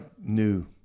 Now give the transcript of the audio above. new